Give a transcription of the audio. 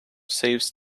saves